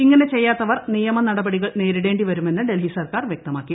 ഇങ്ങനെ ചെയ്യാത്തവർ നിയമനടപടികൾ നേരിടേണ്ടി വരുമെന്ന് ഡൽഹി സർക്കാർ വൃക്തമാക്കി